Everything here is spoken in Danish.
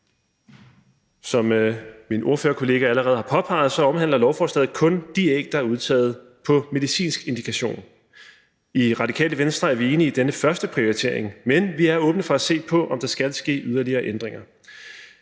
Som min ordførerkollega allerede har påpeget, omhandler lovforslaget kun de æg, der er udtaget på medicinsk indikation. I Radikale Venstre er vi enige i denne første prioritering, men vi er åbne for at se på, om der skal ske yderligere ændringer.